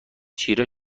چیره